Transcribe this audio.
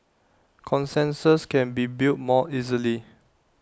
consensus can be built more easily